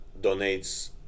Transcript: donates